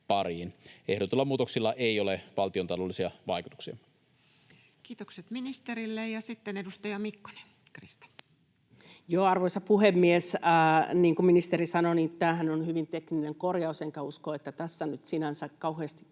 Ehdotetuilla muutoksilla ei ole valtiontaloudellisia vaikutuksia. Kiitokset ministerille. — Sitten edustaja Mikkonen, Krista. Arvoisa puhemies! Niin kuin ministeri sanoi, tämähän on hyvin tekninen korjaus, enkä usko, että tässä nyt sinänsä kauheasti keskusteltavaa